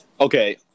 Okay